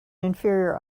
inferior